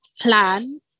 plan